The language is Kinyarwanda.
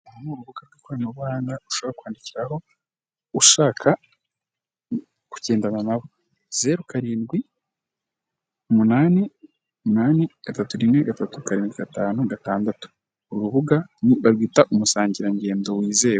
Uru ni urubuga rw'ikoranabuhanga ushobora kwandikiraho ushaka kugendana nabo, zeru, karindwi, umunani umunani, gatatu rimwe, gatatu karindwi , gatanu, gatandatu. Uru rubuga barwita umusangirangendo wizewe.